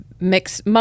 mix